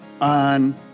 on